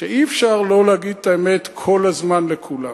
שאי-אפשר לא להגיד את האמת כל הזמן לכולם.